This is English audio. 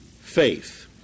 faith